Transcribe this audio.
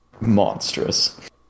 monstrous